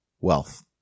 wealth